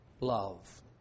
love